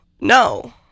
No